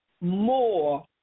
More